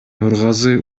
нургазы